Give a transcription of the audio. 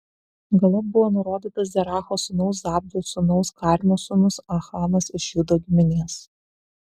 galop buvo nurodytas zeracho sūnaus zabdžio sūnaus karmio sūnus achanas iš judo giminės